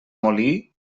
molí